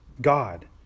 God